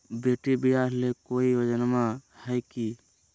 बेटी ब्याह ले कोई योजनमा हय की?